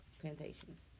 plantations